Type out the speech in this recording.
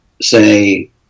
say